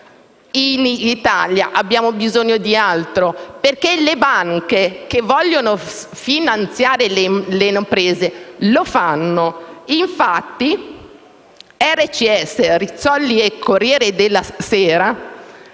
In Italia abbiamo bisogno di altro, perché le banche che vogliono finanziare le imprese, lo fanno. Infatti, a RCS (Rizzoli-Corriere della Sera)